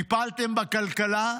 טיפלתם בכלכלה?